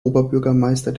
oberbürgermeister